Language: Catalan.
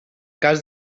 cas